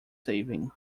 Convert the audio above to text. saving